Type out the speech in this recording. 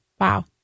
Wow